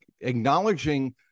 acknowledging